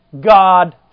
God